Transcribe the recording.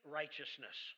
righteousness